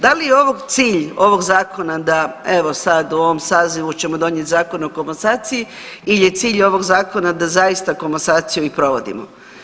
Da li je ovog cilj, ovog zakona da evo sad u ovom sazivu ćemo donijeti Zakon o komasaciji ili je cilj ovog zakona da zaista komasaciju i provodimo?